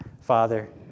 Father